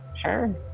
sure